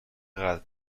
قدر